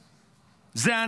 זה.